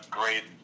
great